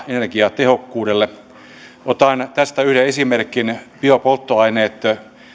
energiatehokkuudelle otan tästä yhden esimerkin biopolttoaineet